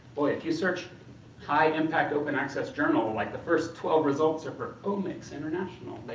well, if you search high impact open access journal the like the first twelve results are for omics international.